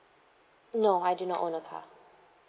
no I do not own a car